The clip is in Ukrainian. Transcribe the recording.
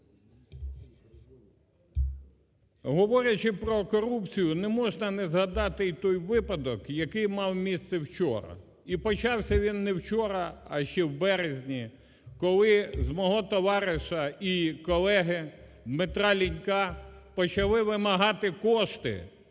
Говорячи про корупцію, не можна не згадати і той випадок, який мав місце вчора. І почався він не вчора, а ще в березні, коли з мого товариша і колеги Дмитра Лінька почали вимагати кошти